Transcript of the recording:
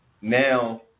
now